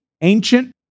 ancient